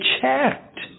checked